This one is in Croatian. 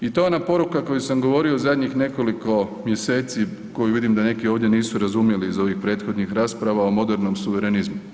I to je ona poruka koju sam govorio u zadnjih nekoliko mjeseci koju vidim da neki ovdje nisu razumjeli iz ovih prethodnih rasprava o modernom suverenizmu.